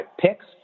picks